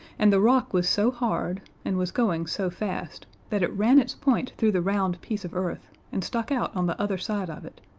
and the rock was so hard, and was going so fast, that it ran its point through the round piece of earth and stuck out on the other side of it,